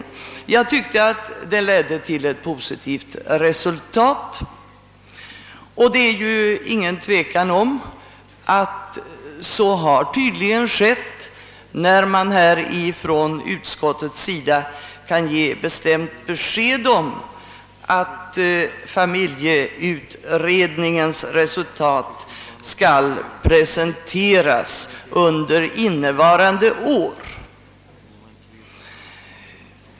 Enligt min mening ledde det till ett positivt resultat. Det råder inte något tvivel om att utredningen har påskyndats, när utskottet här kan ge bestämt besked om att dess resultat skall presenteras under innevarande år.